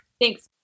Thanks